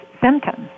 symptoms